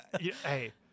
Hey